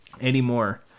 anymore